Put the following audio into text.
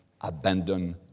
abandon